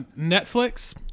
Netflix